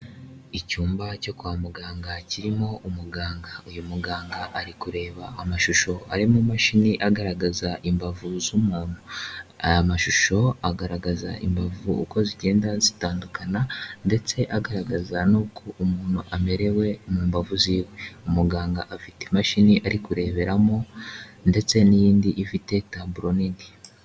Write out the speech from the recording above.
Icyumba cyo kwa muganga kirimo umuganga, uyu muganga ari kureba amashusho ari mu mashini agaragaza imbavu z'umuntu, aya mashusho agaragaza imbavu uko zigenda zitandukana ndetse agaragaza n'uko umuntu amerewe mu mbavu ziwe, umuganga afite imashini ari kureberamo ndetse n'iyindi ifite taburo nini.